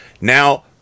Now